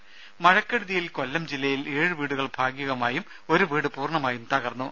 രുദ മഴക്കെടുതിയിൽ കൊല്ലം ജില്ലയിൽ ഏഴ് വീടുകൾ ഭാഗികമായും ഒരു വീട് പൂർണമായും തകർന്നു